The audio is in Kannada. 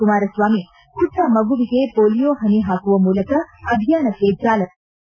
ಕುಮಾರಸ್ವಾಮಿ ಪುಟ್ನ ಮಗುವಿಗೆ ಪೊಲಿಯೋ ಹನಿ ಹಾಕುವ ಮೂಲಕ ಅಭಿಯಾನಕ್ಕೆ ಚಾಲನೆ ನೀಡಿದ್ದರು